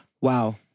Wow